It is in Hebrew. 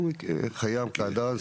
חיאם קעדאן,